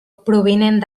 provinent